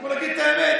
בואו נגיד את האמת.